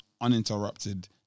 uninterrupted